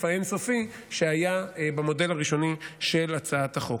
האין-סופי שהיה במודל הראשוני של הצעת החוק.